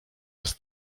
jest